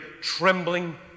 trembling